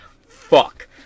fuck